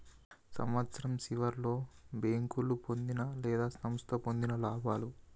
సంవత్సరం సివర్లో బేంకోలు పొందిన లేదా సంస్థ పొందిన లాభాలు